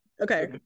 Okay